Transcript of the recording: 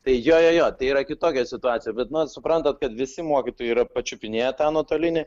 tai jo jo jo tai yra kitokia situacija bet na suprantat kad visi mokytojai yra pačiupinėję tą nuotolinį